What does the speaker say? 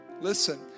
listen